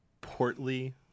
portly